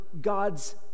God's